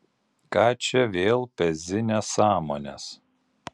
ką čia vėl pezi nesąmones